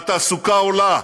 והתעסוקה עולה,